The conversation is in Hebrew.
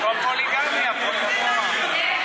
במקום פוליגמיה, פוליאמוריה.